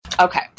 Okay